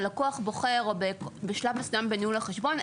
הלקוח בוחר או בשלב מסוים בניהול החשבון,